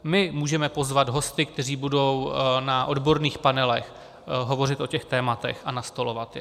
My můžeme pozvat hosty, kteří budou na odborných panelech hovořit o těch tématech a nastolovat je.